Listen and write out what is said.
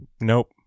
nope